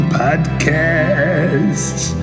podcasts